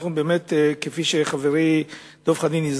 כפי שהזכיר קודם חברי דב חנין,